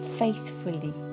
faithfully